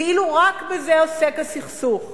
כאילו רק בזה עוסק הסכסוך.